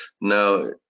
Now